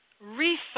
Research